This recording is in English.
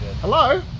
hello